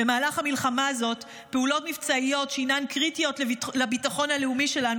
במהלך המלחמה הזו פעולות מבצעיות שהינן קריטיות לביטחון הלאומי שלנו,